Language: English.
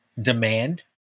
Demand